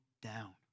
down